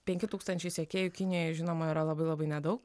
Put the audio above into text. penki tūkstančiai sekėjų kinijoj žinoma yra labai labai nedaug